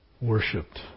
worshipped